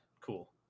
Cool